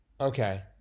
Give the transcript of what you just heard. Okay